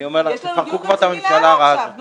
אני אומר לך, תפרקו כבר את הממשלה הרעה הזאת.